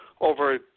over